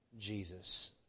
Jesus